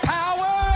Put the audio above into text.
power